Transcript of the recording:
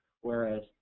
whereas